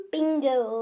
Bingo